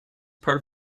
part